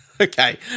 Okay